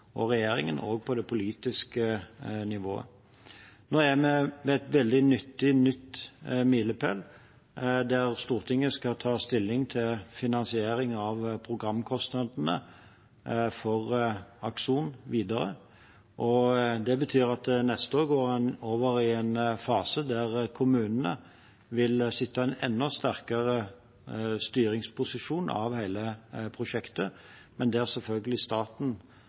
og regjeringen, også på det politiske nivå. Nå er vi ved en veldig nyttig ny milepæl der Stortinget skal ta stilling til finansiering av programkostnadene for Akson videre. Det betyr at neste år går man over i en fase der kommunene vil sitte i en enda sterkere styringsposisjon av hele prosjektet, men der staten selvfølgelig